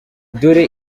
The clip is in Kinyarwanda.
dore